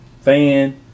fan